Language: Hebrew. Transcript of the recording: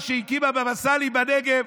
מה שהקים הבבא סאלי בנגב,